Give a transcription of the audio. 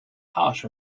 harsh